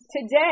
today